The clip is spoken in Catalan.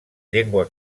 llengua